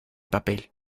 papel